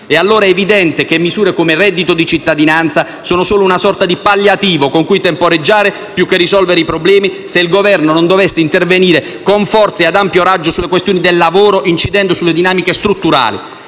È allora evidente che misure come il reddito di cittadinanza sono solo una sorta di palliativo con cui temporeggiare, più che risolvere i problemi, se il Governo non dovesse intervenire con forza e ad ampio raggio sulle questioni del lavoro, incidendo sulle dinamiche strutturali.